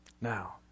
Now